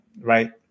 Right